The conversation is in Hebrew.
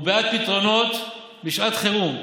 הוא בעד פתרונות בשעת חירום.